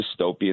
dystopian